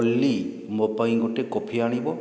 ଓଲ୍ଲୀ ମୋ ପାଇଁ ଗୋଟେ କଫି ଆଣିବ